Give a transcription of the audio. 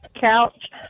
couch